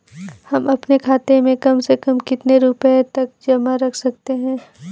हम अपने खाते में कम से कम कितने रुपये तक जमा कर सकते हैं?